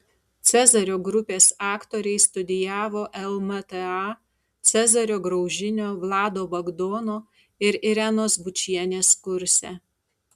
cezario grupės aktoriai studijavo lmta cezario graužinio vlado bagdono ir irenos bučienės kurse